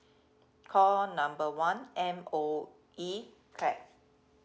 call number one M_O_E clap